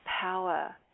power